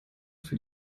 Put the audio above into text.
für